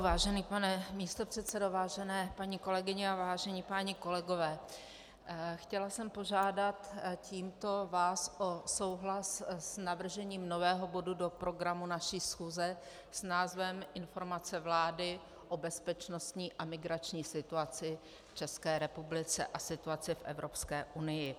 Vážený pane místopředsedo, vážené paní kolegyně a vážení páni kolegové, chtěla jsem vás tímto požádat o souhlas s navržením nového bodu do programu naší schůze s názvem Informace vlády o bezpečnostní a migrační situaci v České republice a situaci v Evropské unii.